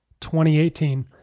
2018